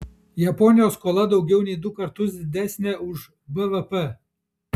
japonijos skola daugiau nei du kartus didesnė už bvp